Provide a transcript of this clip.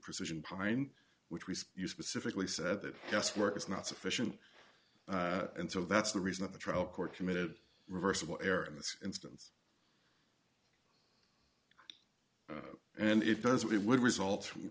imprecision pine which was you specifically said that yes work is not sufficient and so that's the reason that the trial court committed reversible error in this instance and it does it would result from